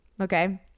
okay